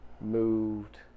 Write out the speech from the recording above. moved